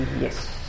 Yes